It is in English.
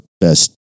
best